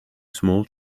small